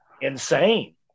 insane